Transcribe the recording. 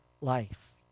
life